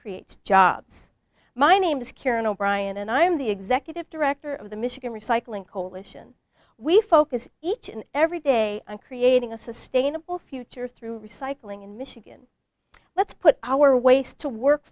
creates jobs my name is karen o'brien and i'm the executive director of the michigan recycling coalition we focus each and every day on creating a sustainable future through recycling in michigan let's put our waste to work